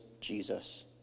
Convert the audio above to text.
Jesus